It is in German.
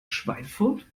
schweinfurt